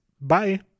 Bye